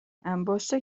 انباشت